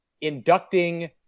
inducting